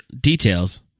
details